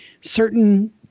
certain